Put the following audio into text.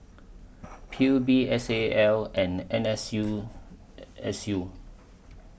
P U B S A L and N S U S U